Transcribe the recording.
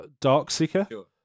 Darkseeker